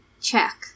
check